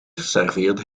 serveerde